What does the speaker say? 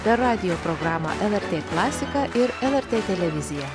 per radijo programą lrt klasiką ir lrt televiziją